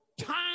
time